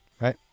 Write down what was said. right